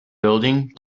building